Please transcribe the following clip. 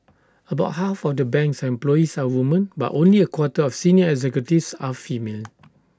about half of the bank's employees are women but only A quarter of senior executives are female